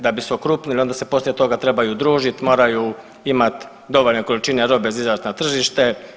Da bi se okrupnili onda se poslije toga trebaju družiti, moraju imati dovoljne količine za izaći na tržište.